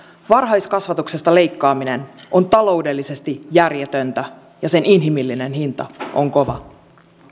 varhaiskasvatuksesta leikkaaminen on taloudellisesti järjetöntä ja sen inhimillinen hinta on kova